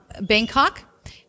Bangkok